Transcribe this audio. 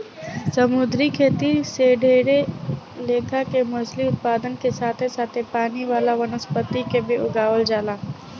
समुंद्री खेती से ढेरे लेखा के मछली उत्पादन के साथे साथे पानी वाला वनस्पति के भी उगावल जाला